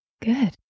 good